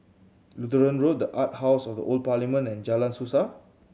Lutheran Road The Art House at the Old Parliament and Jalan Suasa